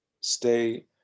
stay